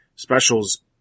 Specials